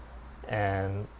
and